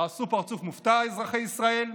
תעשו פרצוף מופתע, אזרחי ישראל,